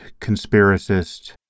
conspiracist